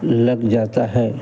लग जाती है